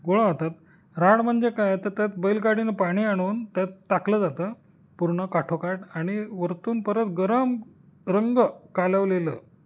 गोळा होतात राहाड म्हणजे काय तर त्यात बैलगाडीनं पाणी आणून त्यात टाकलं जातं पूर्ण काठोकाठ आणि वरतून परत गरम रंग कालवलेलं